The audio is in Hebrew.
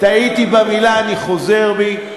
טעיתי במילה, אני חוזר בי.